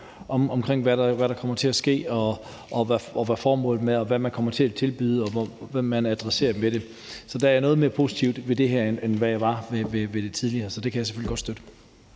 omkring, hvad der kommer til at ske, og hvad formålet er med det, og hvad man kommer til at tilbyde, og hvem man adresserer med det. Så jeg er noget mere positiv over for det her, end jeg var over for det tidligere. Så det kan jeg selvfølgelig godt støtte.